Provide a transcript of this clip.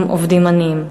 עובדים, עובדים עניים.